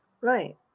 right